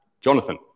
Jonathan